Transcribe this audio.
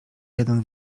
jeden